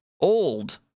Old